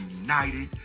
United